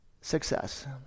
Success